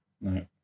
no